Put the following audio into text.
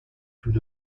دود